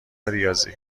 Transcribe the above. ریاضی